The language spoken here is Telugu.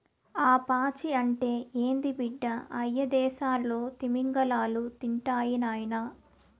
ఆ పాచి అంటే ఏంది బిడ్డ, అయ్యదేసాల్లో తిమింగలాలు తింటాయి నాయనా